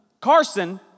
Carson